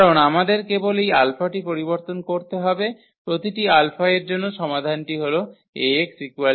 কারণ আমাদের কেবল এই α টি পরিবর্তন করতে হবে প্রতিটি α এর জন্য সমাধানটি হল Ax0